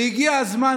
והגיע הזמן,